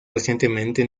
recientemente